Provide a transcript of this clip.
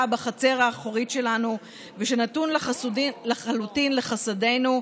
בחצר האחורית שלנו ושנתון לחלוטין לחסדינו,